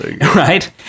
right